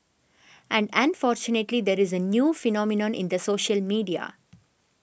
and unfortunately there is a new phenomenon in the social media